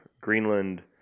Greenland